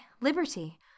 liberty